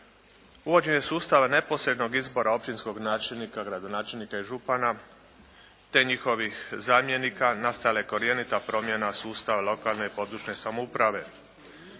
uvođenje sustava neposrednog izbora općinskog načelnika, gradonačelnika i župana te njihovih zamjenika nastala je korjenita promjena sustava lokalne, područne samouprave